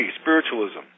spiritualism